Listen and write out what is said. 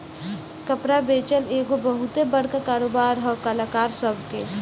कपड़ा बेचल एगो बहुते बड़का कारोबार है कलाकार सभ के